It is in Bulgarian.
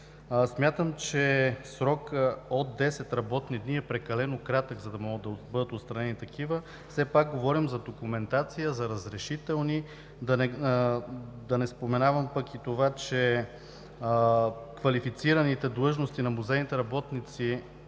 Смятам, че срокът от 10 работни дни е прекалено кратък, за да могат да бъдат отстранени такива. Все пак говорим за документация, за разрешителни, да не споменавам пък и това, че квалифицираните длъжности на музейните работници